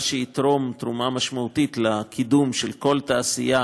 מה שיתרום תרומה משמעותית לקידום של כל התעשייה